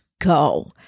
go